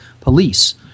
police